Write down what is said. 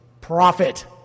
profit